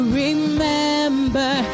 remember